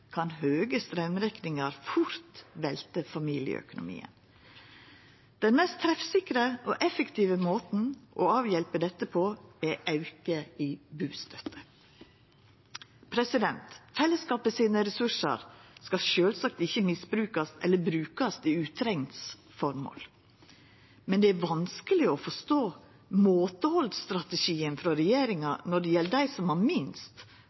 kan høge straumrekningar fort velta familieøkonomien. Den mest treffsikre og effektive måten å avhjelpa dette på, er auke i bustønad. Fellesskapet sine ressursar skal sjølvsagt ikkje misbrukast eller brukast i utrengsmål, men det er vanskeleg å forstå måtehaldsstrategien frå regjeringa når det gjeld dei som har minst,